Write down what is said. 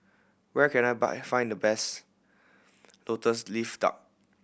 where can I buy find the best Lotus Leaf Duck